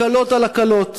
הקלות על הקלות.